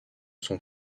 son